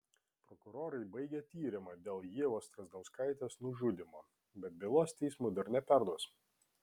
prokurorai baigė tyrimą dėl ievos strazdauskaitės nužudymo bet bylos teismui dar neperduos